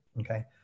okay